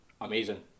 amazing